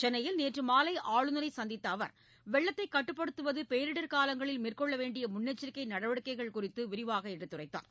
சென்னையில் நேற்று மாலை ஆளுநரை சந்தித்த அவர் வெள்ளத்தை கட்டுப்படுத்துவது பேரிடர் காலங்களில் மேற்கொள்ள வேண்டிய முன்னெச்சரிக்கை நடவடிக்கைகள் குறித்து அவர் விரிவாக எடுத்துரைத்தார்